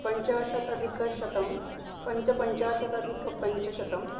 पञ्चाशत् अधिकशतं पञ्चपञ्चाशदधिकपञ्चशतं